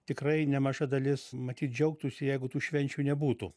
tikrai nemaža dalis matyt džiaugtųsi jeigu tų švenčių nebūtų